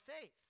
faith